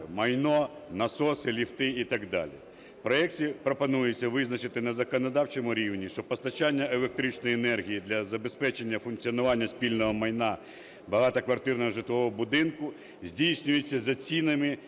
майно, насоси, ліфти і так далі. В проекті пропонується визначити на законодавчому рівні, що постачання електричної енергії для забезпечення функціонування спільного майна багатоквартирного житлового будинку здійснюється за цінами на